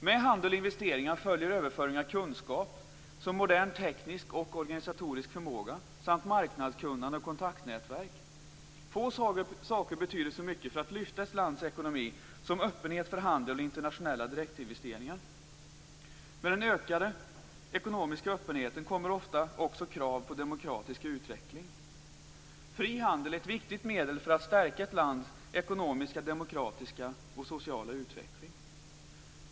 Med handel och investeringar följer överföring av kunskap, som modern teknisk och organisatorisk förmåga samt marknadskunnande och kontaktnätverk. Få saker betyder så mycket för att lyfta ett lands ekonomi som öppenhet för handel och internationella direktinvesteringar. Med den ökade ekonomiska öppenheten kommer ofta också krav på demokratisk utveckling. Fri handel är ett viktigt medel för att stärka ett lands ekonomiska, demokratiska och sociala utveckling.